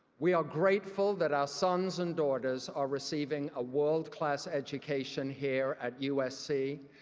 we are grateful that our sons and daughters are receiving a world class education here at usc,